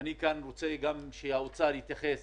אני מבקש שמשרד האוצר יתייחס